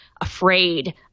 Afraid